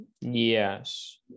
Yes